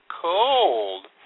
cold